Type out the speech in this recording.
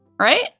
Right